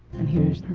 and here's